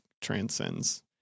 transcends